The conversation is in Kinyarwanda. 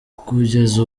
kugeza